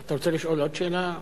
אתה רוצה לשאול עוד שאלה?